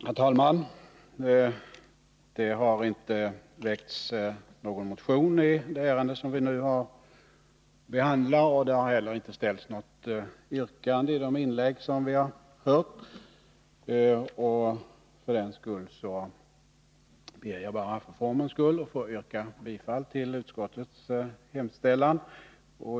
Herr talman! Det har inte väckts någon motion i det ärende som vi nu behandlar, och det har heller inte ställts något yrkande i de inlägg som vi har hört. För den skull ber jag bara för formens skull att få yrka bifall till utskottets hemställan.